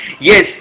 Yes